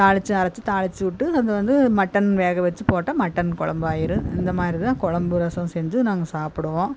தாளிச்சும் அரைச்சி தாளிச்சி விட்டு அது வந்து மட்டன் வேக வெச்சு போட்டால் மட்டன் குழம்பாயிரும் இந்த மாரி தான் குழம்பு ரசம் செஞ்சு நாங்கள் சாப்பிடுவோம்